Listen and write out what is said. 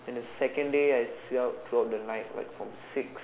and the second day I stayed up throughout the night like from six